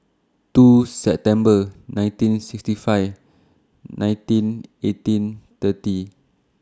two September nineteen sixty five nineteen eighteen thirty